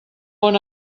bon